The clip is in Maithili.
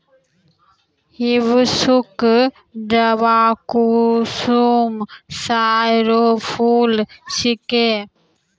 हिबिस्कुस जवाकुसुम गाछ रो फूल छिकै